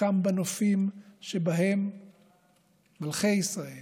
שקם בנופים שבהם מלכי ישראל